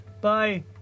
Bye